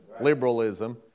liberalism